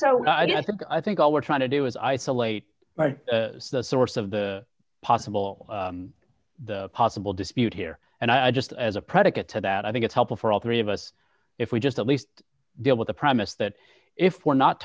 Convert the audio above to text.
guess i think all we're trying to do is isolate the source of the possible possible dispute here and i just as a predicate to that i think it's helpful for all three of us if we just at least deal with the premise that if we're not